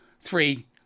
three